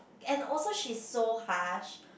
and also she is so harsh